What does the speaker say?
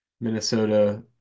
Minnesota